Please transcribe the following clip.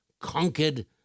conquered